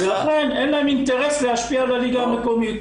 ולכן, אין להם אינטרס להשפיע על הליגה המקומית.